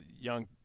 young